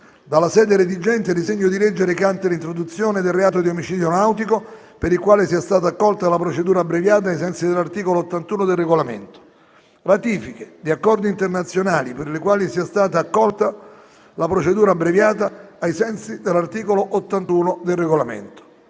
dalla sede redigente, disegno di legge recante introduzione del reato di omicidio nautico, per il quale sia stata accolta la procedura abbreviata, ai sensi dell'articolo 81 del Regolamento; ratifiche di accordi internazionali per le quali sia stata accolta la procedura abbreviata, ai sensi dell'articolo 81 del Regolamento.